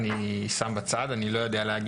חוץ מנוף הגליל כרגע אני שם בצד אני לא יודע להגיד.